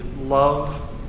love